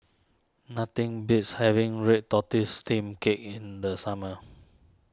nothing beats having Red Tortoise Steamed Cake in the summer